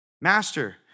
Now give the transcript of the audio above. Master